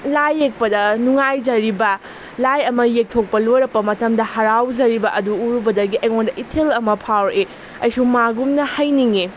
ꯌꯦꯛꯄꯗ ꯅꯨꯡꯉꯥꯏꯖꯔꯤꯕ ꯂꯥꯏ ꯑꯃ ꯌꯦꯛꯊꯣꯛꯄ ꯂꯣꯏꯔꯛꯄ ꯃꯇꯝꯗ ꯍꯔꯥꯎꯖꯔꯤꯕ ꯑꯗꯨ ꯎꯔꯨꯕꯗꯒꯤ ꯑꯩꯉꯣꯟꯗ ꯏꯊꯤꯜ ꯑꯃ ꯐꯥꯎꯔꯛꯏ ꯑꯩꯁꯨ ꯃꯥꯒꯨꯝꯅ ꯍꯩꯅꯤꯡꯉꯤ